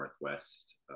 northwest